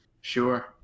sure